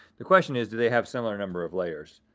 the question is, do they have similar number of layers?